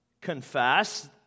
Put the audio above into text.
confess